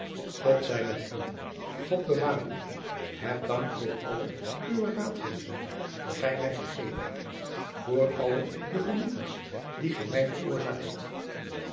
god zij met u god bewaar u heb dank voor alle uwe raadgevingen die gij mij gegeven voor alle de genoegens die gij mij veroorzaakt hebt